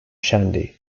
shandy